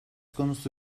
konusu